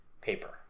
paper